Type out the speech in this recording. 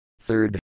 Third